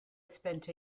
spent